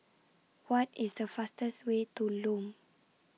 What IS The fastest Way to Lome